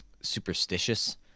superstitious